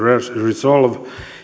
resolve